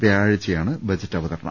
വ്യാഴാഴ്ചയാണ് ബജറ്റ് അവതരണം